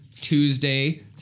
Tuesday